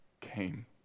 came